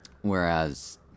Whereas